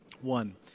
One